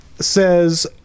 says